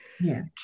Yes